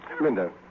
Linda